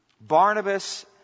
Barnabas